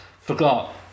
forgot